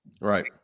right